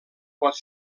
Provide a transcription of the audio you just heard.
pot